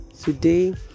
Today